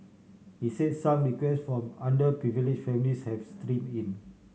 he say some requests from underprivilege families have stream in